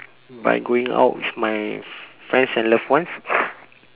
by going out with my friends and loved ones